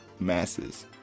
Masses